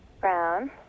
Brown